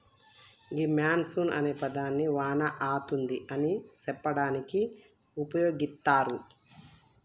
గీ monsoon అనే పదాన్ని వాన అతుంది అని సెప్పడానికి ఉపయోగిత్తారు